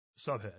Subhead